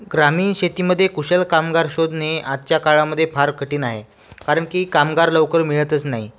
ग्रामीण शेतीमध्ये कुशल कामगार शोधणे आजच्या काळामध्ये फार कठीण आहे कारण की कामगार लवकर मिळतच नाही